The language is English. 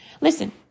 Listen